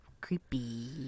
Creepy